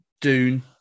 Dune